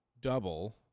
double